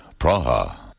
Praha